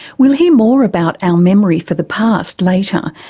we'll hear more about our memory for the past later,